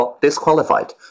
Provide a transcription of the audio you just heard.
disqualified